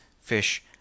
fish